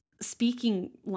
speaking